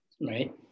right